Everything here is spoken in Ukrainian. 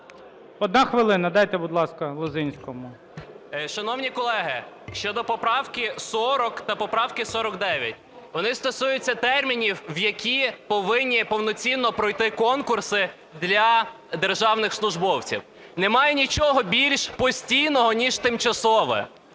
Одну хвилину, дайте, будь ласка, Лозинському. 14:08:56 ЛОЗИНСЬКИЙ Р.М. Шановні колеги, щодо поправки 40 та поправки 49. Вони стосуються термінів, в які повинні повноцінно пройти конкурси для державних службовців. Немає нічого більш постійного, ніж тимчасове.